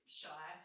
shy